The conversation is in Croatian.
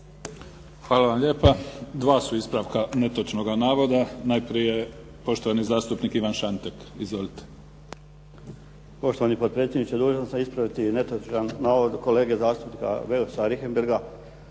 Hvala vam lijepa. Dva su ispravka netočnoga navoda. Najprije poštovani zastupnik Ivan Šantek. Izvolite. **Šantek, Ivan (HDZ)** Poštovani potpredsjedniče, dužan sam ispraviti netočan navod kolege zastupnika Beusa Richembergha